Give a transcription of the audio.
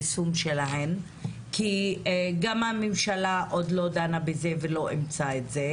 היישום שלהן כי הממשלה גם עדיין לא דנה בזה ולא אימצה את זה,